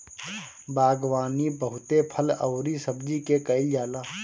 बागवानी बहुते फल अउरी सब्जी के कईल जाला